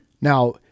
Now